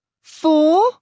four